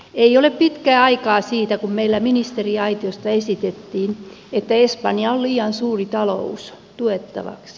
ei ole pitkä aika siitä kun meillä ministeriaitiosta esitettiin että espanja on liian suuri talous tuettavaksi